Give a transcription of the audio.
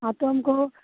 हाँ तो हमको